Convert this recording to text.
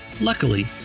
Luckily